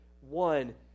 one